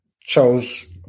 chose